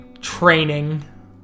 training